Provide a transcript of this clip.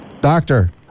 Doctor